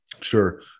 Sure